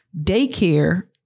Daycare